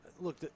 Look